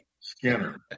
skinner